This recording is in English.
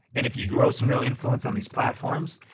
and if you grow some real influence on these platforms,